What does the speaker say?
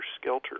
Skelter